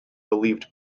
believed